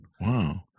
wow